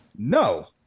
No